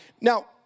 Now